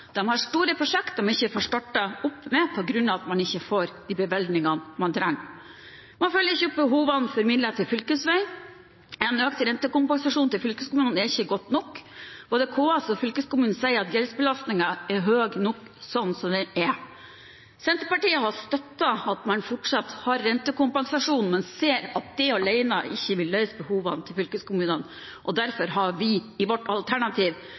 har store prosjekter de ikke får startet opp med, på grunn av at man ikke får de bevilgningene man trenger. Man følger ikke opp behovene for midler til fylkesveier. En økt rentekompensasjon til fylkeskommunene er ikke godt nok. Både KS og fylkeskommunene sier at gjeldsbelastningen er høy nok som den er. Senterpartiet har støttet at man fortsatt har rentekompensasjon, men ser at det alene ikke vil løse behovene til fylkeskommunene. Derfor har vi i vårt alternativ